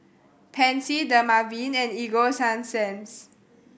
Pansy Dermaveen and Ego Sunsense